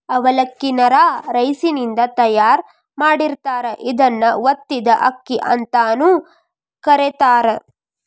ಅವಲಕ್ಕಿ ನ ರಾ ರೈಸಿನಿಂದ ತಯಾರ್ ಮಾಡಿರ್ತಾರ, ಇದನ್ನ ಒತ್ತಿದ ಅಕ್ಕಿ ಅಂತಾನೂ ಕರೇತಾರ